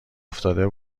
افتاده